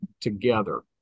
together